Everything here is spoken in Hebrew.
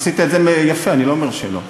עשית את זה יפה, אני לא אומר שלא.